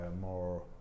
more